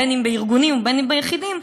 בין אם בארגונים ובין אם ביחידים,